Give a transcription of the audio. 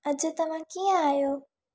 अॼु तव्हां कीअं आहियो